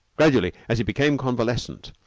gradually, as he became convalescent,